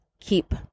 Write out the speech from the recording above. keep